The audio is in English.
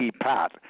pat